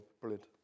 brilliant